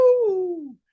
Woo